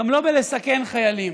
גם לא בלסכן חיילים.